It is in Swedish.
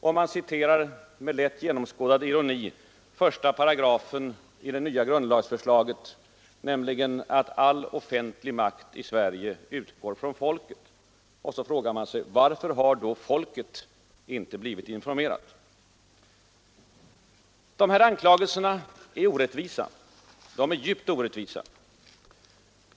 Och man citerar med lätt genomskådad ironi första paragrafen i det nya grundlagsförslaget, ”All offentlig makt i Sverige utgår från folket”, och frågar varför folket då inte blivit informerat. Dessa anklagelser är orättvisa. De är djupt orättvisa.